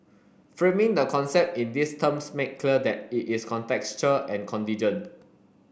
framing the concept in these terms make clear that it is contextual and contingent